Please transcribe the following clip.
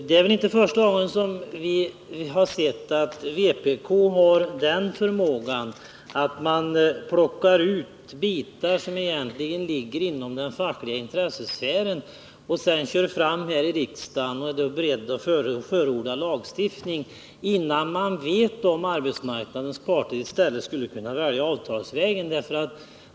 Det är väl inte första gången vi har sett att vpk har förmågan att plocka ut bitar, som egentligen ligger inom den fackliga intressesfären, och sedan köra fram dem här i riksdagen och förorda lagstiftning innan man vet om arbetsmarknadens parter i stället skulle kunna välja avtalsvägen.